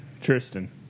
Tristan